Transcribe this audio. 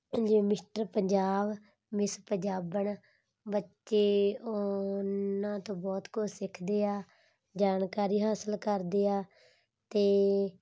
ਜਿਵੇਂ mister Punjab miss Punjaban ਬੱਚੇ ਉਹਨਾਂ ਤੋਂ ਬਹੁਤ ਕੁਝ ਸਿੱਖਦੇ ਆ ਜਾਣਕਾਰੀ ਹਾਸਿਲ ਕਰਦੇ ਆ ਅਤੇ